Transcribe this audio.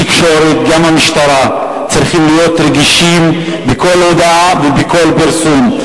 בתקשורת וגם במשטרה צריכים להיות רגישים לכל הודעה ולכל פרסום.